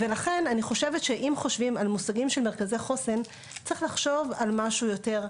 לכן אם חושבים על מושגים של מרכזי חוסן צריך לחשוב על משהו יותר גמיש: